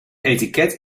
etiket